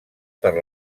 per